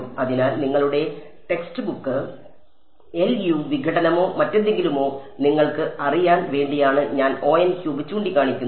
അതിനാൽ നിങ്ങളുടെ text book LU വിഘടനമോ മറ്റെന്തെങ്കിലുമോ നിങ്ങൾക്ക് അറിയാൻ വേണ്ടിയാണെന്ന് ഞാൻ ചൂണ്ടിക്കാണിക്കുന്നു